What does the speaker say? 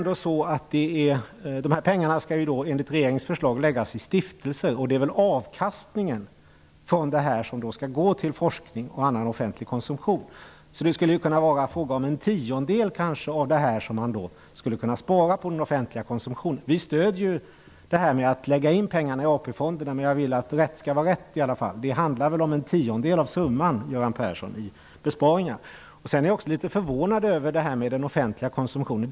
Dessa pengar skall enligt regeringens förslag läggas i stiftelser. Det är väl avkastning som sedan skall gå till forskning och annan offentlig konsumtion. Det skulle kunna bli fråga om att spara en tiondel på den offentliga konsumtionen. Vi stöder förslaget om att lägga in pengarna i AP-fonderna. Men jag vill att rätt skall vara rätt. Det handlar väl om en tiondel av summan, Göran Persson, i besparingar? Jag är litet förvånad över talet om den offentliga konsumtionen.